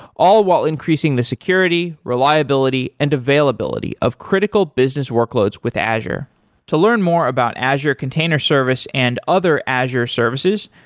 all while increasing the security, reliability and availability of critical business workloads with azure to learn more about azure container service and other azure services,